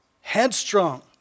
headstrong